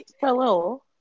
hello